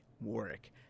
warwick